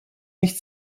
nicht